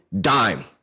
dime